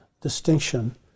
distinction